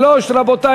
הסתייגות 133. רבותי,